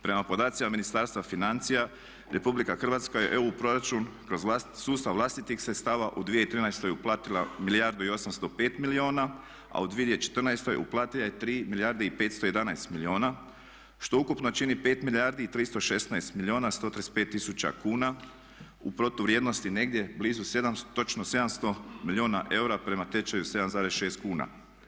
Prema podacima Ministarstva financija RH je EU proračun kroz sustav vlastitih sredstava u 2013.uplatila 1 milijardu i 805 milijuna a u 2014. uplatila je 3 milijarde i 511 milijuna što ukupno čini 5 milijardi i 316 milijuna 135 tisuća kuna u protuvrijednosti negdje blizu točno 700 milijuna eura prema tečaju 7,6 kuna.